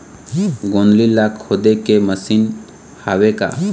गोंदली ला खोदे के मशीन हावे का?